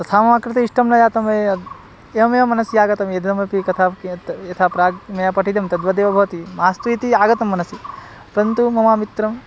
तथा मम कृते इष्टं न जातं वय एवमेव मनसि आगतं इदमपि कथा यत् यथा प्राग् मया पठितं तद्वदेव भवति मास्तु इति आगतं मनसि परन्तु मम मित्रं